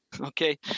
Okay